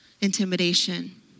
intimidation